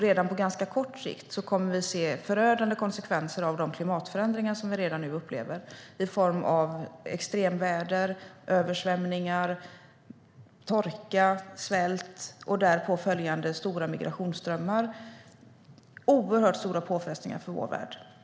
Redan på ganska kort sikt kommer vi att se förödande konsekvenser av de klimatförändringar som vi upplever redan nu i form av extremväder, översvämningar, torka, svält och därpå följande stora migrationsströmmar - oerhört stora påfrestningar för vår värld.